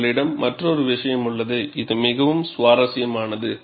உங்களிடம் மற்றொரு விஷயம் உள்ளது இது மிகவும் சுவாரஸ்யமானது